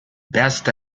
best